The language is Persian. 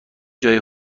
جای